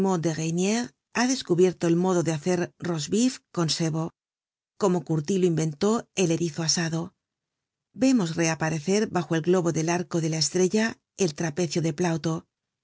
reyniere ha descubierto el modo de hacer roastbeef con sebo como curtilo inventó el erizo asado vemos reaparecer bajo el globo del arco de la estrella el trapecio de plauto